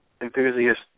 enthusiast